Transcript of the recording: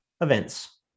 events